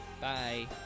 Bye